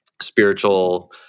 spiritual